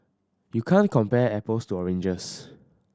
you can't compare apples to oranges